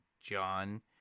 John